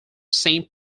saint